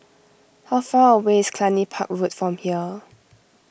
how far away is Cluny Park Road from here